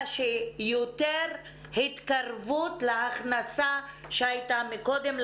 שיותר התקרבות להכנסה שהיתה קודם לכן.